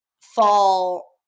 fall